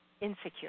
insecure